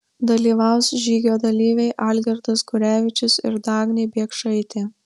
dalyvaus žygio dalyviai algirdas gurevičius ir dagnė biekšaitė